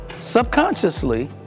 subconsciously